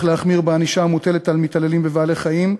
להחמיר בענישה המוטלת על מתעללים בבעלי-חיים,